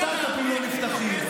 סטרטאפים לא נפתחים,